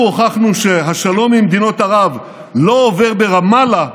אנחנו הוכחנו שהשלום עם מדינות ערב לא עובר ברמאללה,